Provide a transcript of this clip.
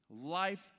life